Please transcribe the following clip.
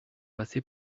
passé